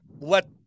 let